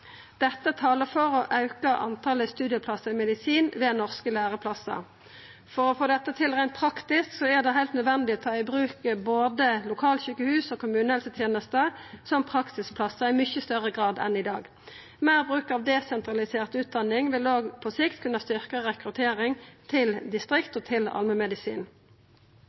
Dette talar for å auka talet på studieplassar i medisin ved norske læreplassar. For å få dette til reint praktisk er det heilt nødvendig å ta i bruk både lokalsjukehus og kommunehelsetenesta som praksisplassar i mykje større grad enn i dag. Meir bruk av desentralisert utdanning vil òg på sikt kunna styrkja rekruttering til distrikt og til